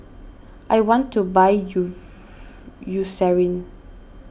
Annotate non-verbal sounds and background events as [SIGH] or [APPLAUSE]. I want to buy you [UNINTELLIGIBLE] Eucerin